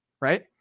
Right